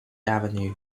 avenue